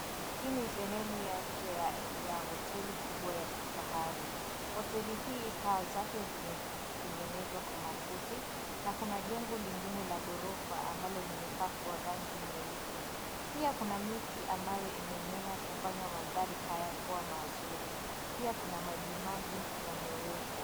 Hii ni sehemu ya nje ya hoteli kubwa ya kifahari. Hoteli hii paa zake zimetengenezwa kwa makuti na kuna jengo lingine la ghorofa ambalo limepakwa rangi nyeupe. Pia kuna miti ambayo imemea kufanya mandhari haya kuwa mazuri. Pia kuna maji maji yamewekwa.